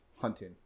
hunting